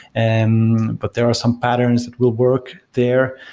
and but there are some patterns will work there.